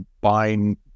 buying